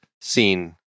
seen